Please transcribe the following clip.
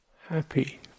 happy